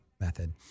method